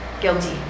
guilty